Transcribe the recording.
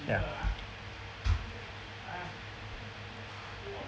ya